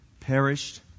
perished